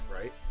right